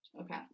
Okay